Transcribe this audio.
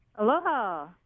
Aloha